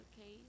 okay